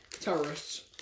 Terrorists